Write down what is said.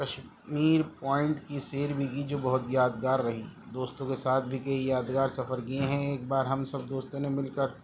Kashmir point کی سیر بھی کی جو بہت یادگار رہی دوستوں کے ساتھ بھی کئی یادگار سفر کیے ہیں ایک بار ہم سب دوستوں نے مل کر